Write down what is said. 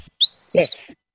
yes